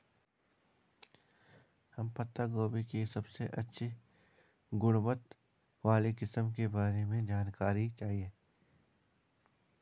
हमें पत्ता गोभी की सबसे अच्छी गुणवत्ता वाली किस्म के बारे में जानकारी चाहिए?